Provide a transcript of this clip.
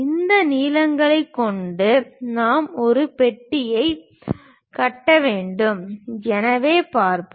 இந்த நீளங்களைக் கொண்டு நாம் ஒரு பெட்டியைக் கட்ட வேண்டும் எனவே பார்ப்போம்